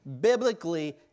biblically